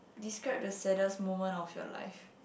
describe the saddest moment of your life